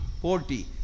forty